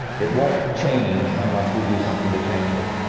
it won't change unless we do something to change it.